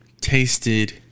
tasted